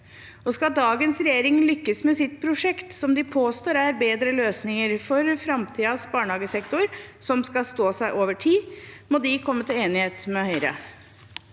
Skal dagens regjering lykkes med sitt prosjekt – som de påstår er bedre løsninger for framtidens barnehagesektor, og som skal stå seg over tid – må de komme til enighet med Høyre.